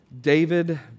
David